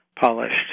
polished